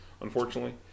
unfortunately